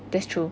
that's true